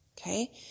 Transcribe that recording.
okay